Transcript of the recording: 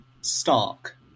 stark